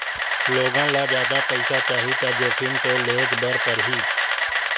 लोगन ल जादा पइसा चाही त जोखिम तो लेयेच बर परही